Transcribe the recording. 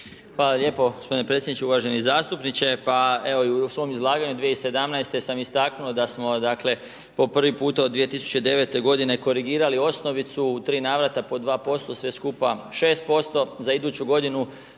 Hvala lijepo g. predsjedniče, uvaženi zastupniče. Pa, evo i u svom izlaganju 2017. sam istaknuo da smo dakle, po prvi puta od 2009. g. korigirali osnovicu u 3 navrata po 2%, sve skupa 6%, za iduću g.